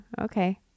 okay